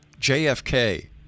jfk